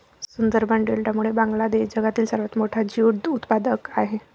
सुंदरबन डेल्टामुळे बांगलादेश जगातील सर्वात मोठा ज्यूट उत्पादक आहे